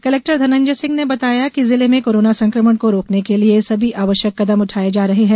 collector Dhananjay Singh ने बताया कि जिले में कोरोना संक्रमण को रोकने के लिए सभी आवश्यक कदम उठाए जा रहे हैं